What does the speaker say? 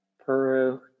Peru